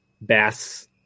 bass